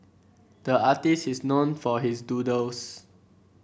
the artist is known for his doodles